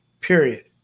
period